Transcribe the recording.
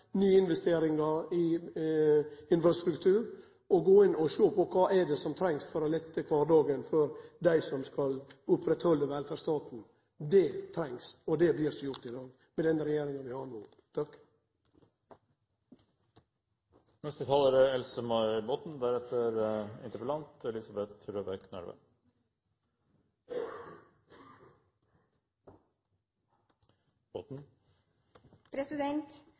i infrastruktur og gå inn og sjå på kva er det som trengst for å lette kvardagen for dei som skal oppretthalde velferdsstaten. Det trengst, og det blir ikkje gjort i dag med den regjeringa vi har no. Interpellanten er